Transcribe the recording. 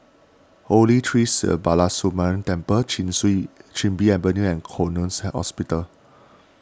Holy Tree Sri Balasubramaniar Temple Chin Bee Avenue and Connexion Hospital